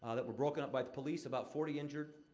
ah that were broken up by the police. about forty injured.